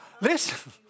Listen